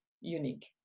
unique